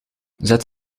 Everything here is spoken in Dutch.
zet